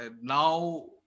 now